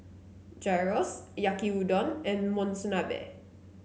Gyros Yaki Udon and Monsunabe